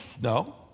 No